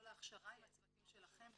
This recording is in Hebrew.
כל ההכשרה עם הצוותים שלכם בצפון.